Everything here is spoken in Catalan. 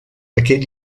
aquest